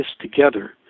together